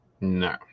No